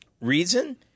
Reason